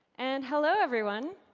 and hello, everyone.